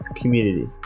community